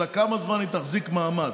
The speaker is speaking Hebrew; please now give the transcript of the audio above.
אלא כמה זמן היא תחזיק מעמד.